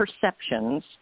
perceptions